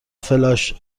فلاش